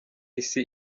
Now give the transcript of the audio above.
isi